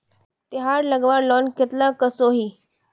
तेहार लगवार लोन कतला कसोही?